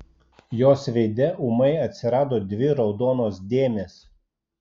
jos veide ūmai atsirado dvi raudonos dėmės